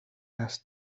است